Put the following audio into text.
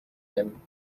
him